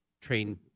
train